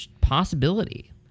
possibility